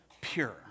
pure